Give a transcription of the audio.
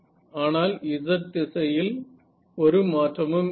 ஆனால் z திசையில் ஒரு மாற்றமும் இல்லை